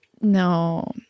No